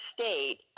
state